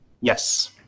Yes